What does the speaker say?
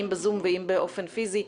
אם בזום ואם באופן פיזי,